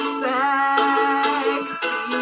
sexy